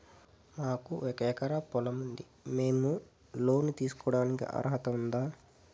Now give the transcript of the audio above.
మాకు ఒక ఎకరా పొలం ఉంది మేము లోను తీసుకోడానికి అర్హత ఉందా